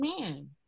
man